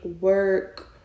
work